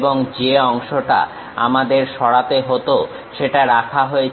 এবং যে অংশটা আমাদের সরাতে হতো সেটা রাখা হয়েছে